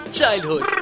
Childhood